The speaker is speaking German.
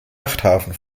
yachthafen